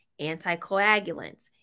anticoagulants